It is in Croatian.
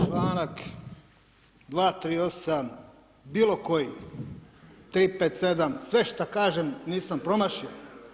Čl. 238. bilo koji, 357., sve šta kažem, nisam promašio.